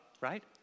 right